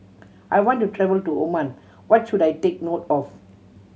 I want to travel to Oman What should I take note of